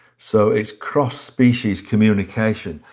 so it's cross-species communication,